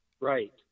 right